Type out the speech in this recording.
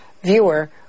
viewer